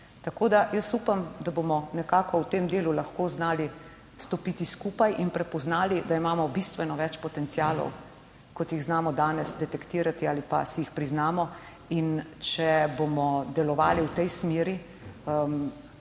Tako da jaz upam, da bomo nekako v tem delu lahko znali stopiti skupaj in prepoznali, da imamo bistveno več potencialov kot jih znamo danes detektirati ali pa si jih priznamo. In če bomo delovali v tej smeri,